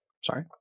Sorry